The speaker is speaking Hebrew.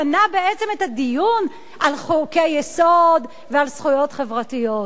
מנע בעצם את הדיון על חוקי-יסוד ועל זכויות חברתיות.